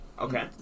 Okay